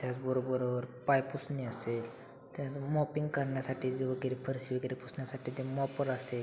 त्याचबरोबर पायपुसणी असेल त्यानं मॉपिंग करण्यासाठीचे वगैरे फर्शी वगैरे पुसण्यासाठी ते मॉपर असेल